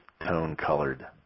tone-colored